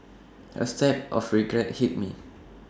A stab of regret hit me